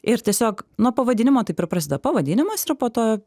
ir tiesiog nuo pavadinimo taip ir prasideda pavadinimas ir po to